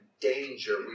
danger